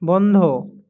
বন্ধ